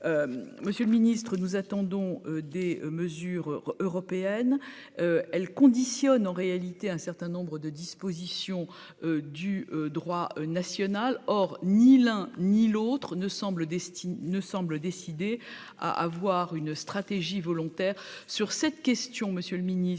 Monsieur le Ministre, nous attendons des mesures européennes, elle conditionne en réalité un certain nombre de dispositions du droit national, or, ni l'un ni l'autre ne semble destiné ne semble décidé à avoir une stratégie volontaire sur cette question Monsieur le Ministre,